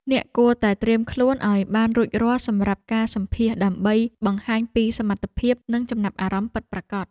អ្នកគួរតែត្រៀមខ្លួនឱ្យបានរួចរាល់សម្រាប់ការសម្ភាសន៍ដើម្បីបង្ហាញពីសមត្ថភាពនិងចំណាប់អារម្មណ៍ពិតប្រាកដ។